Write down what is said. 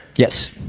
yes.